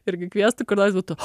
irgi kviestų kur nors būtų